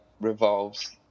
revolves